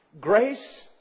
Grace